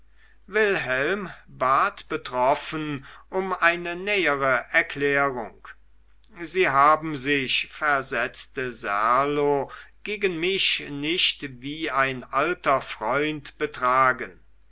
wilhelm bat betroffen um eine nähere erklärung sie haben sich versetzte serlo gegen mich nicht wie ein alter freund betragen